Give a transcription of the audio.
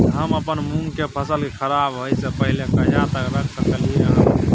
हम अपन मूंग के फसल के खराब होय स पहिले कहिया तक रख सकलिए हन?